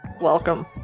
welcome